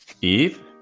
Eve